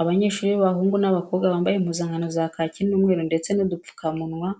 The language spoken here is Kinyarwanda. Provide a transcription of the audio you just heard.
Abanyeshuri b'abahungu n'abakobwa bambaye impuzankano za kaki n'umweru ndetse n'udupfukamunwa,